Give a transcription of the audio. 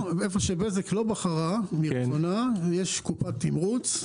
במקום שבזק לא בחרה מרצונה יש קופת תימרוץ.